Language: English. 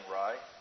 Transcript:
right